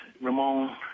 Ramon